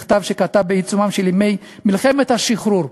כתב בעיצומם של ימי מלחמת השחרור,